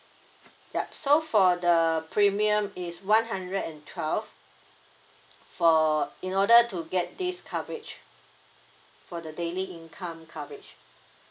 yup so for the premium is one hundred and twelve for in order to get this coverage for the daily income coverage